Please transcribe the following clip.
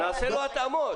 נעשה לו התאמות.